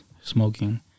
smoking